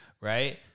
right